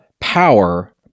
power